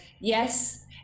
yes